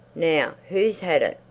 now, who's had it?